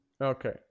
Okay